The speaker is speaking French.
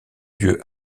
lieu